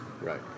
right